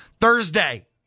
Thursday